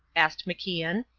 asked macian.